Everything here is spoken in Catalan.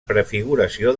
prefiguració